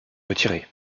retirer